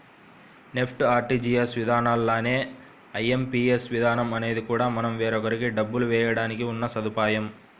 NEFT, RTGS విధానాల్లానే IMPS విధానం అనేది కూడా మనం వేరొకరికి డబ్బులు వేయడానికి ఉన్న సదుపాయం